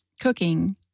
cooking